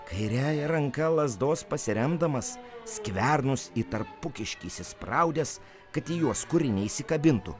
kairiąja ranka lazdos pasiremdamas skvernus į tarpumiškį įsispraudęs kad į juos kurį neįsikabintų